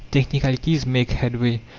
technicalities make headway,